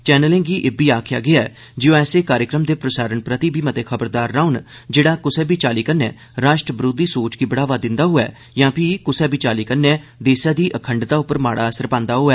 चैनलें गी इब्बी आखेआ गेआ ऐ जे ओह ऐसे कार्यक्रम दे प्रसारण प्रति बी मते खबरदार रौहन जेहड़ा कुसा बी चाल्ली कन्नै राष्ट्र बरोधी सोच गी बढ़ावा दिंदा होऐ यां फ्ही कुसा बी चाल्ली कन्नै देसै दी अखंडता पर माड़ा असर पांदा होऐ